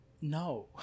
No